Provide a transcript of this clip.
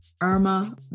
Irma